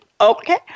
Okay